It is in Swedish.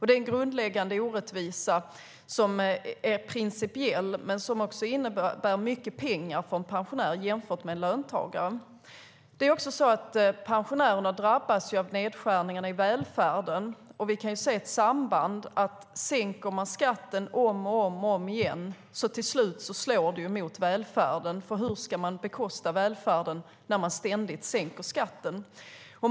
Det är en grundläggande principiell orättvisa och handlar dessutom om mycket pengar för en pensionär. Pensionärerna drabbas av nedskärningarna i välfärden. Vi ser ett samband. Om man gång på gång sänker skatten slår det till slut mot välfärden. Hur ska man bekosta välfärden när man ständigt sänker skatten?